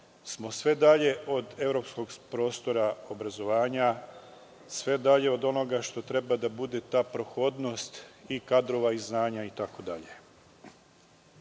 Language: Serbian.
smo sve dalje od evropskog prostora obrazovanja, sve dalje od onoga što treba da bude ta prohodnost i kadrova i znanja